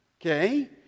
okay